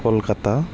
Kolkata